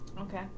Okay